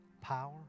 power